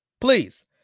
Please